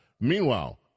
Meanwhile